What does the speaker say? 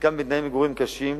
חלקן בתנאי מגורים קשים,